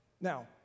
Now